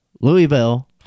Louisville